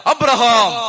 Abraham